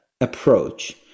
approach